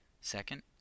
Second